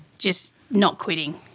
just not quitting,